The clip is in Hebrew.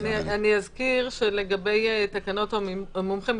אני אזכיר לגבי תקנות המומחים,